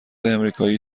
امریکایی